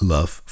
Love